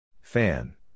Fan